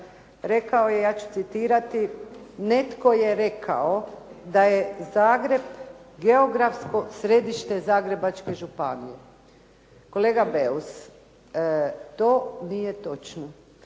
rekao je, ja ću citirati: "Netko je rekao da je Zagreb geografsko središte Zagrebačke županije." Kolega Beus, to nije točno,